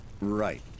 right